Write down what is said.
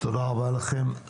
תודה רבה לכם.